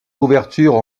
ouvertures